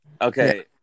Okay